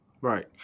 Right